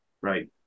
right